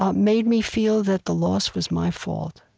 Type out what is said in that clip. um made me feel that the loss was my fault.